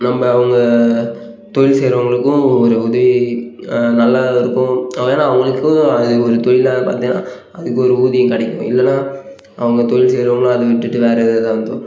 நம்ம அவங்க தொழில் செய்கிறவங்களுக்கும் ஒரு உதவி நல்லா இருக்கும் ஏன்னா அவங்களுக்கும் அது ஒரு தொழிலாக பார்த்திங்கனா அதுக்கு ஒரு ஊதியம் கிடைக்கும் இல்லைன்னா அவங்க தொழில் செய்கிறவங்களும் அதை விட்டுட்டு வேற எதாவது வளர்த்தோ